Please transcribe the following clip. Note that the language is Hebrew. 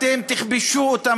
אתם תכבשו אותם,